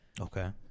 okay